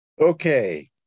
Okay